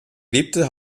lebte